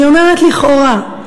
אני אומרת "לכאורה",